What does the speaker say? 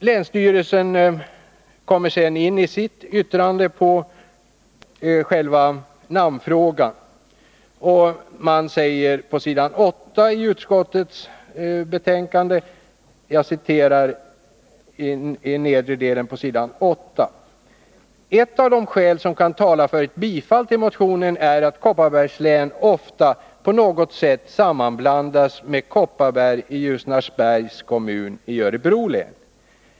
Länsstyrelsen kommer sedan i sitt yttrande in på själva namnfrågan och uttalar bl.a. följande, s. 8 i utskottets betänkande: ”Ett av de skäl som kan tala för ett bifall till motionen är att Kopparbergs län ofta på något sätt sammanblandas med Kopparberg i Ljusnarsbergs kommun i Örebro län.